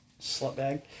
Slutbag